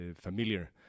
familiar